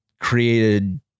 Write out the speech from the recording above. created